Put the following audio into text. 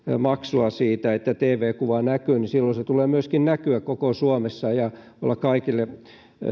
maksua siitä että tv kuva näkyy sen tulee näkyä koko suomessa ja olla kaikille